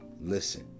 Listen